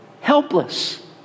helpless